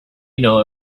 know